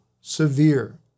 severe